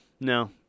No